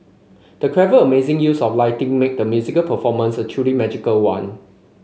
the clever and amazing use of lighting made the musical performance a truly magical one